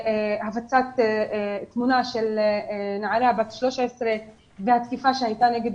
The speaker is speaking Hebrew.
הפצת תמונה של נערה בת 13 והתקיפה שהייתה נגד